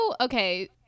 okay